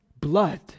blood